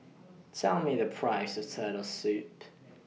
Tell Me The Price of Turtle Soup